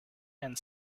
and